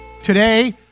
today